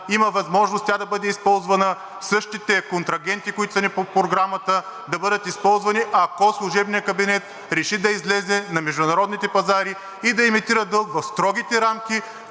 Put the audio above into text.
има възможност тя да бъде използвана, а и същите контрагенти, които са ни по програмата, да бъдат използвани, ако служебният кабинет реши да излезе на международните пазари и да емитира дълг в строгите рамки,